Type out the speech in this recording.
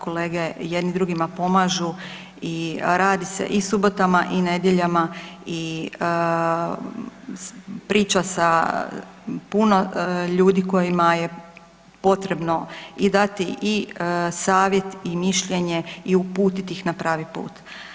Kolege jedni drugima pomažu i radi se i subotama, i nedjeljama i priča sa puno ljudi kojima je potrebno i dati i savjet, i mišljenje i uputiti ih na pravi put.